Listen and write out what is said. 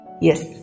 Yes